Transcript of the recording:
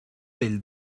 del